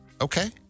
Okay